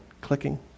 clicking